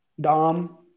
Dom